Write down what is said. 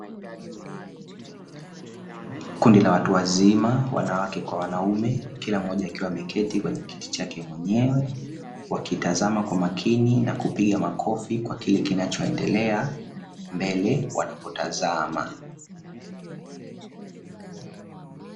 Kundi la watu wazima wanawake kwa wanaume kila mmoja akiwa ameketi kwenye kiti chake mwenyewe, wakitazama kwa makini na kupiga kwa makofi kwa kile kinachoendelea mbele wanapotazama.